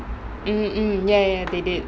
mm mm ya ya ya they did